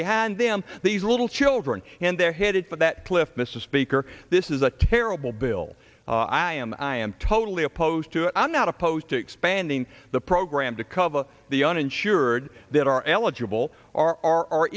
hand them these little children and they're headed for that cliff mr speaker this is a terrible bill i am i am totally opposed to it i'm not opposed to expanding the program to cover the uninsured that are eligible